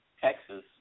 Texas